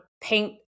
paint